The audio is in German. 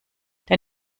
der